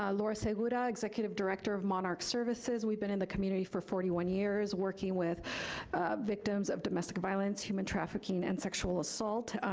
ah laura segunda, executive director of monarch services. we've been in the community for forty one years working with victims of domestic violence, human trafficking, and sexual assault.